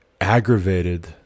aggravated